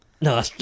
No